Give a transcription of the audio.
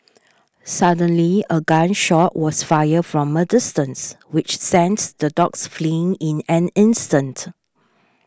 suddenly a gun shot was fired from a distance which sent the dogs fleeing in an instant